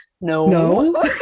No